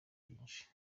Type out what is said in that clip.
byinshi